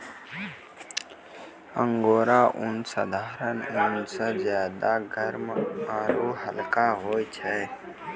angora ऊन साधारण ऊन स ज्यादा गर्म आरू हल्का होय छै